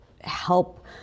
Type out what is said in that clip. help